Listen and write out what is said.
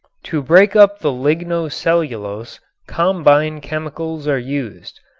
to break up the ligno-cellulose combine chemicals are used.